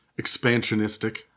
Expansionistic